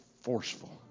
forceful